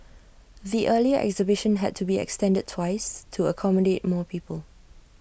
the earlier exhibition had to be extended twice to accommodate more people